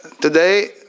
today